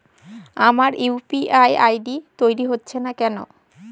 আমার UPI ID তৈরি হচ্ছে না কেনো?